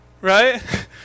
Right